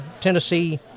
tennessee